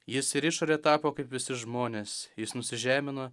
jis ir išore tapo kaip visi žmonės jis nusižemino